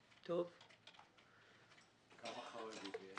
כמה חרדים?